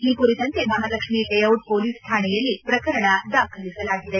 ಈ ಕುರಿತಂತ ಮಹಾಲಕ್ಷ್ಮಿ ಲೇಡಿಚ್ ಪೊಲೀಸ್ ಠಾಣೆಯಲ್ಲಿ ಪ್ರಕರಣ ದಾಖಲಿಸಲಾಗಿದೆ